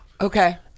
Okay